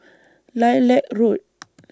Lilac Road